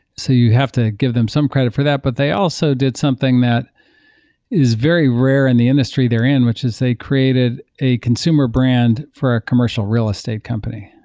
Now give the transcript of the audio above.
so you have to give them some credit for that but they also did something that is very rare in the industry therein, which is they created a consumer brand for a commercial real estate company,